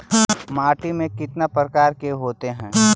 माटी में कितना प्रकार के होते हैं?